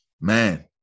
man